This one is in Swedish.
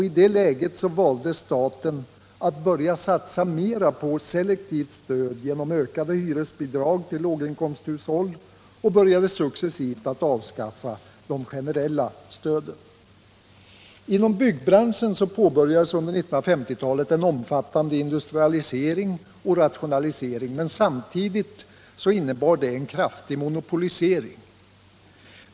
I det läget valde staten att börja satsa mera på selektivt stöd genom ökade hyresbidrag till låginkomsthushåll och började successivt att avskaffa det generella stödet. Inom byggbranschen påbörjades under 1950-talet en omfattande industrialisering och rationalisering, men samtidigt innebar det en kraftig monopolisering.